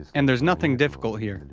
and there's nothing difficult here, and